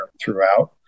throughout